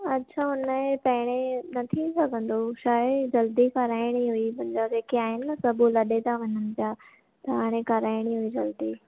अच्छा हुनजे पहिरें न थी सघंदो छा आहे जल्दी कराइणी हुई मुंहिंजा जेके आहिनि न सभु उहे लॾे था वञनि पिया त हाणे कराइणी हुई जल्दी